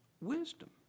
wisdom